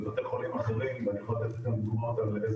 בבתי חולים אחרים - אני יכול לתת גם דוגמאות על איזה